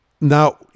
Now